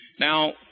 Now